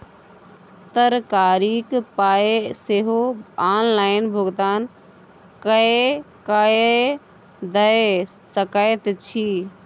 तरकारीक पाय सेहो ऑनलाइन भुगतान कए कय दए सकैत छी